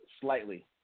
slightly